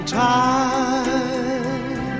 time